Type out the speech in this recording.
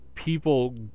people